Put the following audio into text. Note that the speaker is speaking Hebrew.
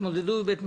יתמודדו בבית משפט.